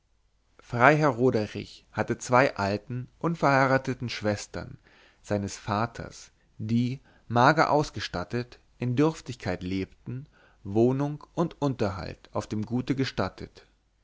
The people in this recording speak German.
freiherr roderich hatte zwei alten unverheirateten schwestern seines vaters die mager ausgestattet in dürftigkeit lebten wohnung und unterhalt auf dem gute gestattet